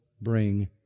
bring